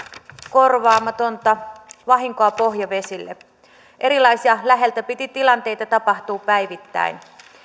korvaamatonta vahinkoa pohjavesille erilaisia läheltä piti tilanteita tapahtuu päivittäin